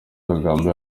kagame